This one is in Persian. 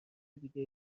دیگه